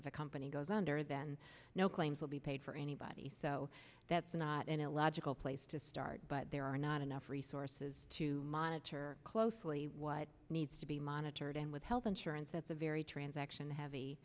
a company goes under then no claims will be paid for anybody so that's not an illogical place to start but there are not enough resources to monitor closely what needs to be monitored and with health insurance at the very transaction heavy